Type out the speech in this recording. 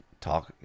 talk